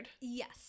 Yes